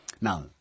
Now